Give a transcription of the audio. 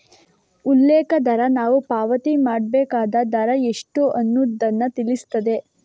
ಉಲ್ಲೇಖ ದರ ನಾವು ಪಾವತಿ ಮಾಡ್ಬೇಕಾದ ದರ ಎಷ್ಟು ಅನ್ನುದನ್ನ ತಿಳಿಸ್ತದೆ